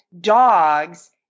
dogs